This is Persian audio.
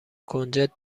کنجد